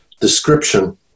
description